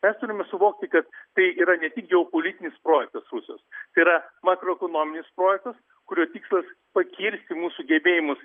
mes turime suvokti kad tai yra ne tik geopolitinis projektas rusijos tai yra makroekonominis projektas kurio tikslas pakirsti mūsų gebėjimus